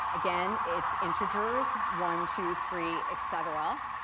again, it's integers one, two, three, et cetera.